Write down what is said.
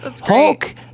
Hulk